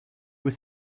were